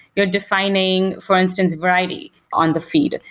you're defining, for instance, variety on the feed.